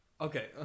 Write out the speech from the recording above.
okay